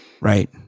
right